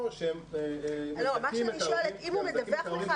או שהם מזכים את ההורים.